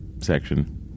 section